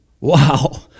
Wow